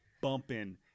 bumping